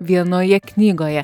vienoje knygoje